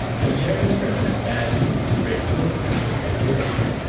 but jeremy frimer has bad news for explicitly political heroes.